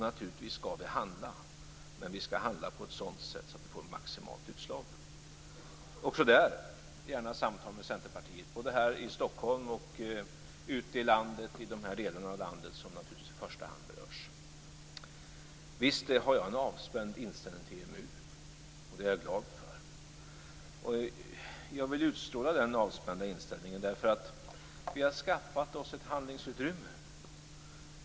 Naturligtvis skall vi handla, men på ett sådant sätt att vi får maximalt utslag, också där gärna i samtal med Centerpartiet, både här i Stockholm och ute i de delar av landet som i första hand berörs. Visst har jag en avspänd inställning till EMU, och det är jag glad för. Jag vill utstråla den avspända inställningen, eftersom vi har skaffat oss ett handlingsutrymme.